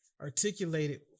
articulated